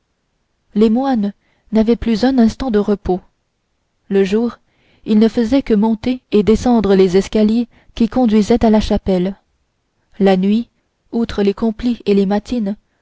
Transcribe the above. les moines n'avaient plus un instant de repos le jour ils ne faisaient que monter et descendre les escaliers qui conduisaient à la chapelle la nuit outre complies et matines